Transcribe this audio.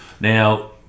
Now